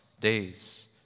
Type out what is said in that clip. days